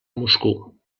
moscou